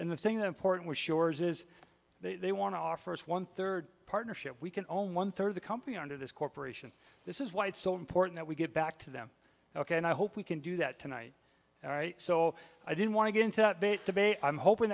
and the thing that important shores is they want to offer us one third partnership we can all one third of the company under this corporation this is why it's so important that we get back to them ok and i hope we can do that tonight all right so i didn't want to get into a debate i'm hoping